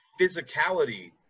physicality